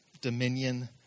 dominion